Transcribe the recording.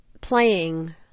playing